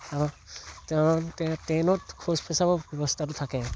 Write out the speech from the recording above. তেওঁৰ ট্ৰেইনত ট্ৰেইনত শৌচ পেচাবৰ ব্যৱস্থাটো থাকে